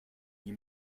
die